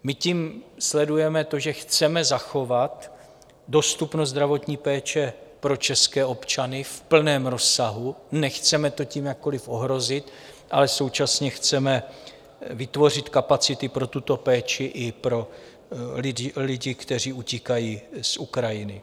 My tím sledujeme to, že chceme zachovat dostupnost zdravotní péče pro české občany v plném rozsahu, nechceme to tím jakkoliv ohrozit, ale současně chceme vytvořit kapacity pro tuto péči i pro lidi, kteří utíkají z Ukrajiny.